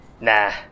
nah